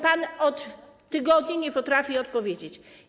Pan od tygodni nie potrafi odpowiedzieć.